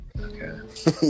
Okay